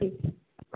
ठीक